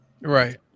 Right